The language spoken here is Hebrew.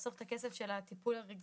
לחסוך את הכסף של הטיפול הרגשי.